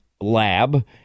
lab